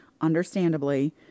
understandably